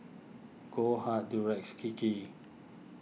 Goldheart Durex Kiki